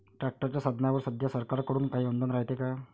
ट्रॅक्टरच्या साधनाईवर सध्या सरकार कडून काही अनुदान रायते का?